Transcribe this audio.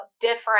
different